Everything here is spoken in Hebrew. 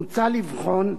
מוצע לבחון,